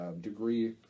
degree